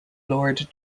lord